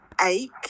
ache